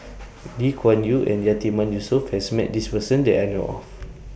Lee Kuan Yew and Yatiman Yusof has Met This Person that I know of